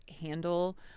handle